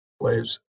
plays